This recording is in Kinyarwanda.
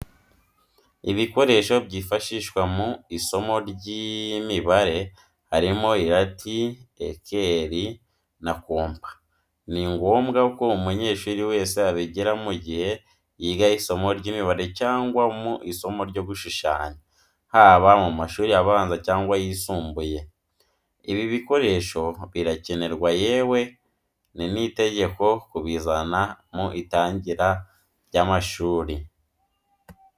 Ibikoresho byifashishwa mu isomo ry'imibareharimo irati, ekeri, na kompa, ni ngombwa ko umunyeshuri wese abigira mu gihe yiga isomo ry'imibare cyangwa mu isomo ryo gushushanya. Haba mu mashuri abanza cyangwa yisumbuye, ibi bikoresho birakenerwa yewe ni n'itegeko kubizana mu itangira ry'amashuri